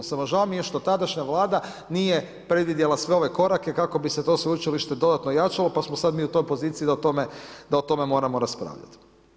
Samo žao mi što tadašnja vlada nije predvidjela sve ove korake kako bi se to sveučilište dodatno jačalo pa smo mi sada u toj poziciji da o tome moramo raspravljati.